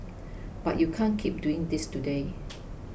but you can't keep doing this today